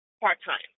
part-time